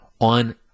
on